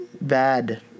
bad